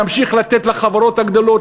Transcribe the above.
להמשיך לתת לחברות הגדולות,